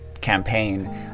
campaign